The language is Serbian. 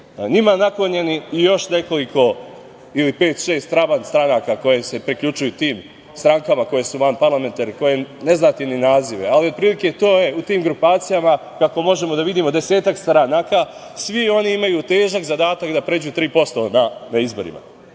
njima naklonjene i još nekoliko ili pet-šest „trabant“ stranaka koje se priključuju tim strankama koje su vanparlamentarne, kojima ne znate ni nazive, ali otprilike to je u tim grupacijama, kako možemo da vidimo, desetak stranaka. Svi oni imaju težak zadatak da pređu tri posto na izborima. Mi